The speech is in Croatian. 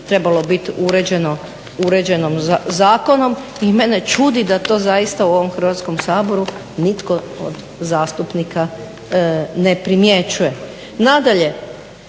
trebalo biti uređeno zakonom i mene čudi da to zaista u ovom Hrvatskom saboru nitko od zastupnika ne primjećuje. Nadalje,